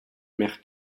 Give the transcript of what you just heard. mer